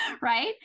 right